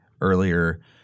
earlier